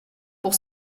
pour